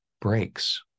breaks